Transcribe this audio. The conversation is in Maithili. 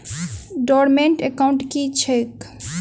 डोर्मेंट एकाउंट की छैक?